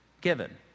given